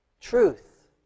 Truth